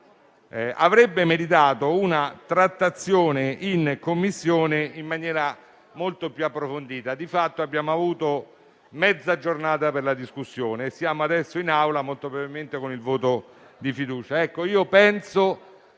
avrebbe meritato una trattazione in Commissione molto più approfondita. Di fatto, abbiamo avuto mezza giornata per la discussione e proseguiremo adesso in Aula molto probabilmente con il voto di fiducia.